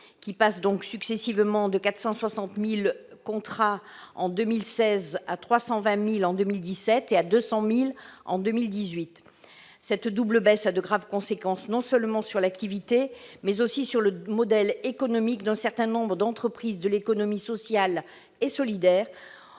qui passent de 460 000 en 2016 à 320 000 en 2017, puis à 200 000 en 2018. Cette double baisse a de graves conséquences non seulement sur l'activité, mais aussi sur le modèle économique d'un certain nombre d'entreprises de l'économie sociale et solidaire,